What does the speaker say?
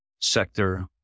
sector